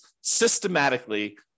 systematically